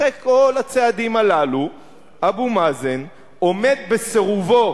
אחרי כל הצעדים הללו אבו מאזן עומד בסירובו,